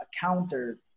counter